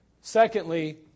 Secondly